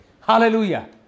Hallelujah